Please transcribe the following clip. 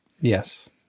Yes